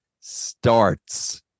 starts